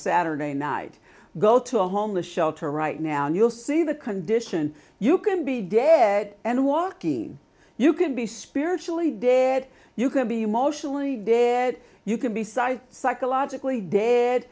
saturday night go to a homeless shelter right now and you'll see the condition you can be dead and walking you can be spiritually dead you can be emotionally dead you can be cited psychologically dead